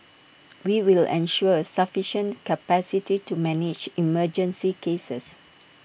we will ensure sufficient capacity to manage emergency cases